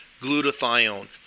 glutathione